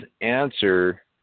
answer